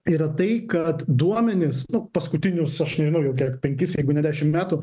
yra tai kad duomenys nu paskutinius aš nežinai jau kiek penkis jeigu ne dešimt metų